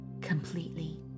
completely